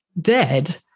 dead